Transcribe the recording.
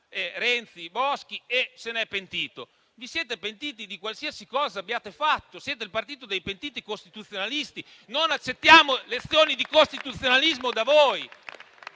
Renzi-Boschi e se ne è pentito. Vi siete pentiti di qualsiasi cosa abbiate fatto, siete il partito dei pentiti costituzionalisti, quindi non accettiamo lezioni di costituzionalismo da voi.